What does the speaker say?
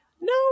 No